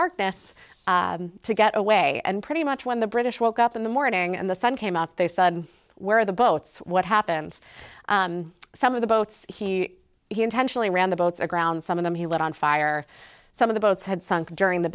darkness to get away and pretty much when the british woke up in the morning and the sun came out they saw where the boats what happened some of the boats he he intentionally ran the boats aground some of them he lit on fire some of the boats had sunk during the